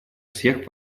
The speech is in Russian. всех